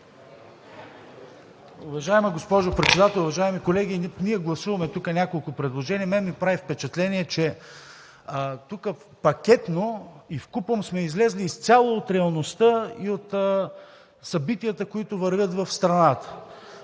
Уважаема госпожо Председател, уважаеми колеги, ние гласуваме няколко предложения. На мен ми прави впечатление, че тук пакетно и вкупом сме излезли изцяло от реалността и от събитията, които вървят в страната.